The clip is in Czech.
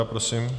Prosím.